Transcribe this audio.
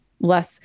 less